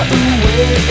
away